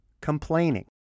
complaining